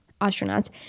astronauts